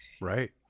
Right